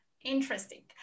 interesting